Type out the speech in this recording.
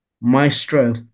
maestro